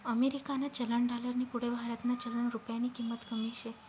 अमेरिकानं चलन डालरनी पुढे भारतनं चलन रुप्यानी किंमत कमी शे